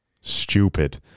stupid